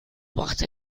brachte